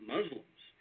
Muslims